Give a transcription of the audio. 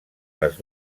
les